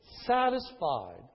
satisfied